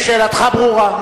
שאלתך ברורה.